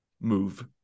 move